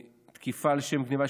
תקיפה לשם גנבה,